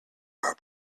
our